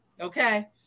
Okay